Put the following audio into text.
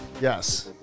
Yes